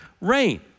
rain